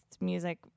music